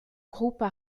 groupes